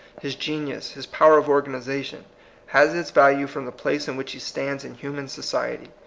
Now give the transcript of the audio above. his geuius, his power of organization has its value from the place in which he stands in human society.